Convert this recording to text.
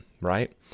Right